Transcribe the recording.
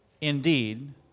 indeed